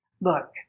Look